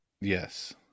Yes